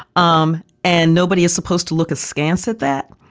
um and nobody is supposed to look askance at that.